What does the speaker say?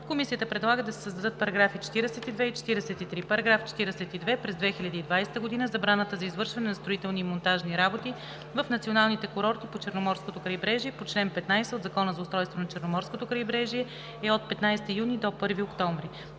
Комисията предлага да се създадат § 42 и 43: „§ 42. През 2020 г. забраната за извършване на строителни и монтажни работи в националните курорти по Черноморското крайбрежие по чл. 15 от Закона за устройството на Черноморското крайбрежие е от 15 юни до 1 октомври.